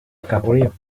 career